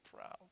proud